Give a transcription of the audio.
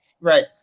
Right